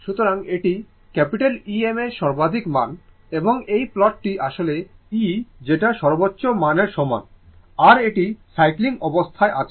সুতরাং এটি Em এর সর্বাধিক মান এবং এই প্লটি আসলে E যেটা সর্বোচ্চ মান এর সমান আর এটি সাইক্লিং অবস্থায় আছে